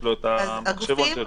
יש לו את המחשבון שלו.